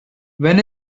when